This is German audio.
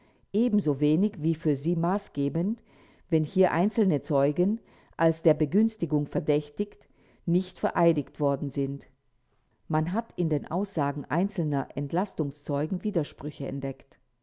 bindend ebensowenig für sie maßgebend wenn hier einzelne zeugen als der begünstigung verdächtig nicht vereidigt worden sind man hat in den aussagen einzelner entlastungszeugen widersprüche entdeckt